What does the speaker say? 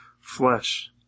flesh